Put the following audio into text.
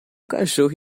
cachorro